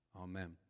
Amen